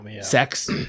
sex